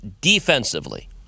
defensively